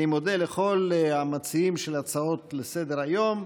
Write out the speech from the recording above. אני מודה לכל המציעים של ההצעות לסדר-היום,